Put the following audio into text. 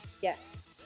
Yes